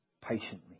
patiently